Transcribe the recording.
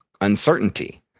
uncertainty –